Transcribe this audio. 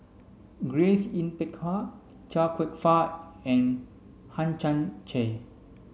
Grace Yin Peck Ha Chia Kwek Fah and Hang Chang Chieh